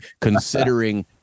considering